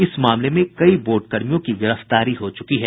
इस मामले में कई बोर्ड कर्मियों की गिरफ्तारी भी हो चुकी है